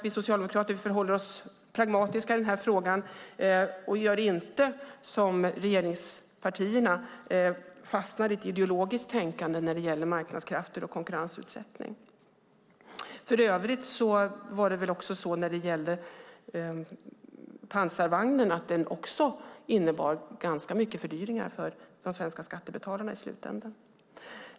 Vi socialdemokrater förhåller oss, som sagt, pragmatiska i denna fråga och gör inte som regeringspartierna och fastnar i ett ideologiskt tänkande när det gäller marknadskrafter och konkurrensutsättning. För övrigt innebar väl i slutändan även pansarvagnen ganska mycket fördyringar för de svenska skattebetalarna?